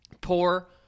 Poor